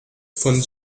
von